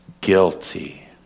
guilty